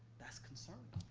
that's concerning.